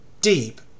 deep